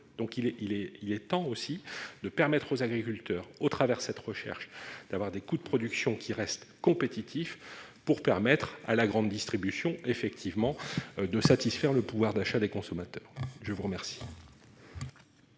est, il est temps aussi de permettre aux agriculteurs au travers cette recherche d'avoir des coûts de production qui restent compétitifs pour permettre à la grande distribution effectivement de satisfaire le pouvoir d'achat des consommateurs, je vous remercie.